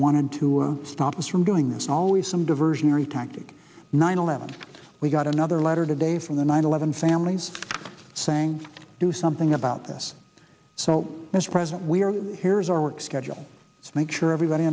wanted to stop us from going there's always some diversionary tactic nine eleven we've got another letter today from the nine eleven families saying do something about this so mr president we're here's our work schedule to make sure everybody